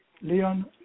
Leon